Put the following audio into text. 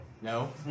No